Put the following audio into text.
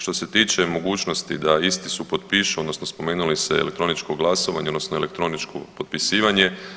Što se tiče mogućnosti da isti supotpišu, odnosno spomenuli ste elektroničko glasanje, odnosno elektroničko potpisivanje.